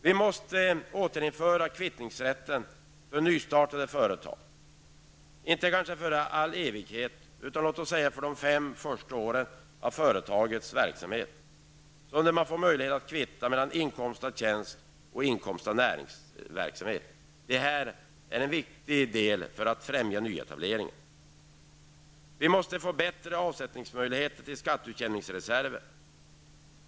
Vi måste återinföra kvittningsrätten för nystartade företag, kanske inte för all evighet utan låt oss säga de 5 första åren av företagets verksamhet så att man då får möjlighet att kvitta mellan inkomster av tjänst och inkomster av näringsverksamhet. Det här är viktigt bl.a. för att främja nyetableringar. Vi måste få bättre möjligheter att göra avsättningar till skatteutjämningsreserver.